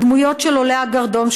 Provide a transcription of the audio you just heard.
הדמויות של עולי הגרדום,